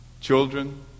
children